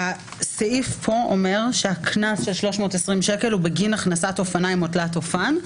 הסעיף פה אומר שהקנס של 320 ש"ח הוא בגין הכנסת אופניים או תלת אופן,